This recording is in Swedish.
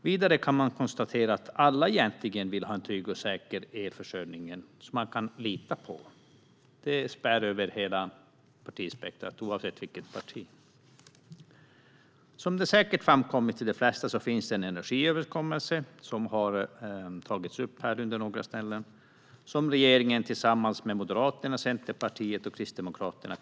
Vidare kan man konstatera att alla egentligen vill ha en trygg och säker elförsörjning som man kan lita på. Så är det över hela partispektrumet, oavsett parti. Som de flesta säkert känner till finns det en energiöverenskommelse - det har tagits upp här några gånger - mellan regeringen, Moderaterna, Centerpartiet och Kristdemokraterna.